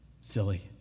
silly